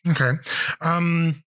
Okay